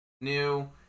new